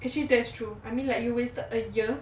actually that's true I mean like you wasted a year